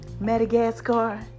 Madagascar